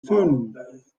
fünf